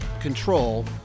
control